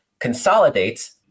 consolidates